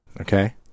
Okay